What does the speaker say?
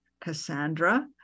cassandra